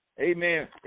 Amen